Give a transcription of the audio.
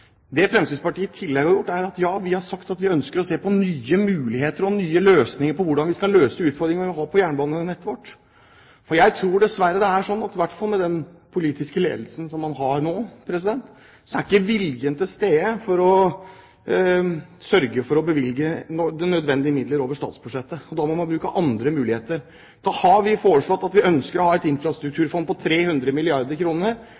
Det Fremskrittspartiet i tillegg har gjort, er at vi har sagt at vi ønsker å se på nye muligheter og nye løsninger på utfordringene vi har på jernbanenettet vårt. For jeg tror dessverre det er sånn, i hvert fall med den politiske ledelsen vi har nå, at viljen ikke er til stede for å sørge for å bevilge de nødvendige midler over statsbudsjettet. Da må man bruke andre muligheter. Vi har foreslått et infrastrukturfond på 300 milliarder kr til både vei og jernbane. Vi har foreslått å sørge for at Jernbaneverket blir skilt ut som et